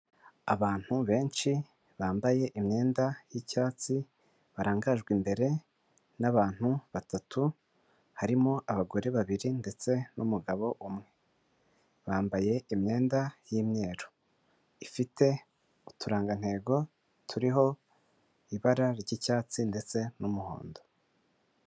Abantu benshi bambaye imyenda y'icyatsi barangajwe imbere n'abantu batatu harimo abagore babiri ndetse n'umugabo umwe, bambaye imyenda y'imyeru ifite uturangantego turiho ibara ry'icyatsi ndetse n'umuhondo.